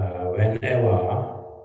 Whenever